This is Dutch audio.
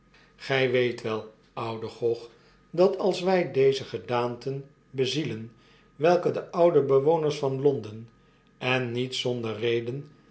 grj weet wel oude gog i dat als wy deze gedaanten bezielen welke de oude bewoners van londen en niet zonder reden